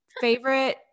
favorite